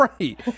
Right